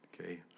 okay